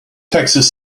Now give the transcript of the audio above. texas